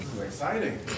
Exciting